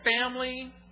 family